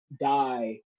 die